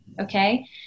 okay